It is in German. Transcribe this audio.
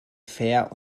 fair